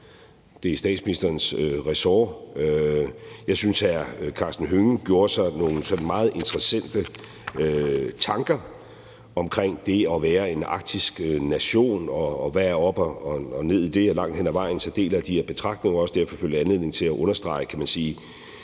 det er statsministerens ressort. Jeg synes, hr. Karsten Hønge gjorde sig nogle sådan meget interessante tanker omkring det at være en arktisk nation, og hvad der er op og ned i det, og langt hen ad vejen deler jeg også de her betragtninger, og nu er jeg så udenrigsminister,